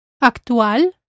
actual